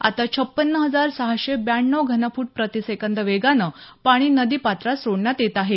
आता छप्पन्न हजार सहाशे ब्याण्व घनफूट प्रतिसेकंद वेगानं पाणी नदीपात्रात सोडण्यात येत आहे